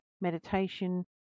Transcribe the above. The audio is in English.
meditation